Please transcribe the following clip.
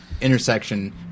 intersection